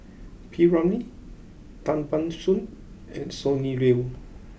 P Ramlee Tan Ban Soon and Sonny Liew